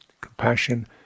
compassion